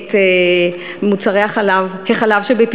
את מחירי מוצרי החלב שבפיקוח,